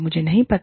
मुझे नहीं पता